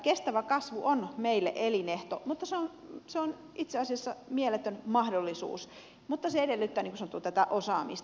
kestävä kasvu on meille elinehto ja se on itse asiassa mieletön mahdollisuus mutta se edellyttää niin kuin sanottu tätä osaamista